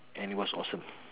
and it was awesome